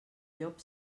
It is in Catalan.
llop